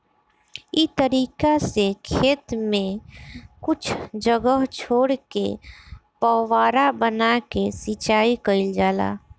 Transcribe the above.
इ तरीका से खेत में कुछ जगह छोर के फौवारा बना के सिंचाई कईल जाला